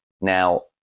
Now